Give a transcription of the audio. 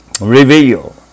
Reveal